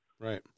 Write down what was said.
Right